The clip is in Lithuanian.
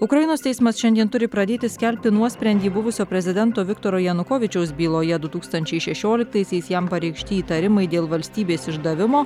ukrainos teismas šiandien turi pradėti skelbti nuosprendį buvusio prezidento viktoro janukovyčiaus byloje du tūkstančiai šešioliktaisiais jam pareikšti įtarimai dėl valstybės išdavimo